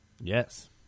Yes